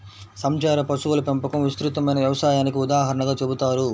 సంచార పశువుల పెంపకం విస్తృతమైన వ్యవసాయానికి ఉదాహరణగా చెబుతారు